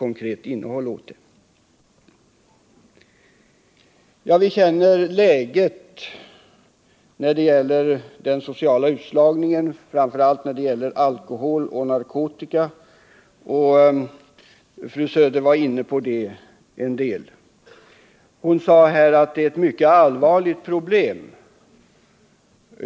Vi känner till läget också när det gäller den sociala utslagningen, framför allt genom alkohol och narkotika. Fru Söder var inne på det en hel del, och hon sade att det är ett mycket allvarligt problem.